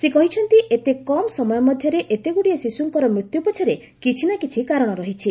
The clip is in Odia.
ସେ କହିଛନ୍ତି ଏତେ କମ୍ ସମୟ ମଧ୍ୟରେ ଏତେଗୁଡ଼ିଏ ଶିଶୁଙ୍କର ମୃତ୍ୟୁ ପଛରେ କିଛିନା କିଛି କାରଣ ରହିଛି